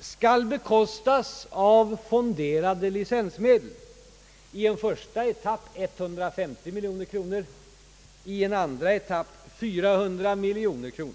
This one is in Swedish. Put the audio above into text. skall bekostas av fonderade licensmedel, i en första etapp 150 miljoner kronor, totalt sett 400 miljoner kronor.